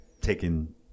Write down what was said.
taken